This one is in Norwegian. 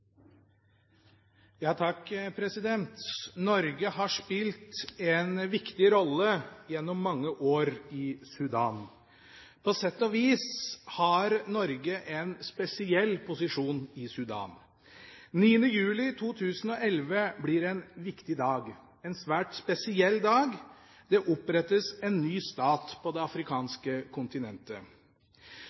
spilt en viktig rolle i Sudan. På sett og vis har Norge en spesiell posisjon i Sudan. Den 9. juli 2011 blir en viktig og svært spesiell dag. Det opprettes en ny stat på det afrikanske kontinentet.